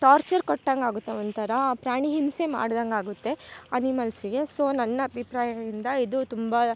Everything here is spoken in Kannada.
ಟಾರ್ಚರ್ ಕೊಟ್ಟಂಗೆ ಆಗುತ್ತೆ ಒಂಥರ ಪ್ರಾಣಿ ಹಿಂಸೆ ಮಾಡ್ದಂಗೆ ಆಗುತ್ತೆ ಅನಿಮಲ್ಸಿಗೆ ಸೊ ನನ್ನ ಅಭಿಪ್ರಾಯದಿಂದ ಇದು ತುಂಬ